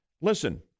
Listen